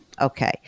Okay